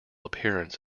appearance